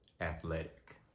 athletic